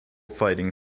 fighting